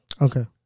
Okay